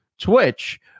Twitch